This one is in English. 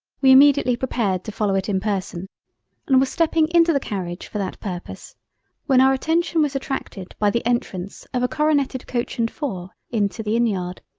we immediately prepared to follow it in person and were stepping into the carriage for that purpose when our attention was attracted by the entrance of a coroneted coach and four into the inn-yard.